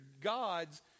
gods